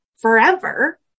forever